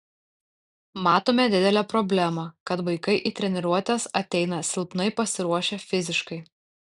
matome didelę problemą kad vaikai į treniruotes ateina silpnai pasiruošę fiziškai